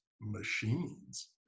machines